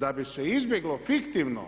Da bi se izbjeglo fiktivno